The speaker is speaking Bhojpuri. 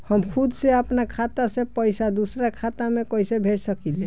हम खुद से अपना खाता से पइसा दूसरा खाता में कइसे भेज सकी ले?